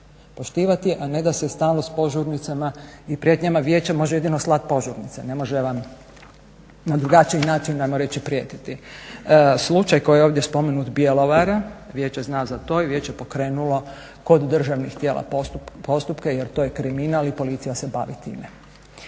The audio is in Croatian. poštivati, a ne da se stalno s požurnicama i prijetnjama Vijeća može jedino slati požurnice, ne može vam na drugačiji način hajmo reći prijetiti. Slučaj koji je ovdje spomenut Bjelovara, Vijeće zna za to i Vijeće je pokrenulo kod državnih tijela postupke jer to je kriminal i policija se bavi time.